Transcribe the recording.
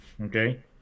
Okay